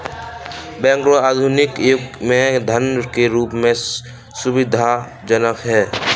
bank note आधुनिक युग में धन के रूप में सुविधाजनक हैं